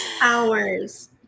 hours